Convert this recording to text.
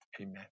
Amen